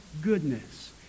goodness